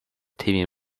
timmy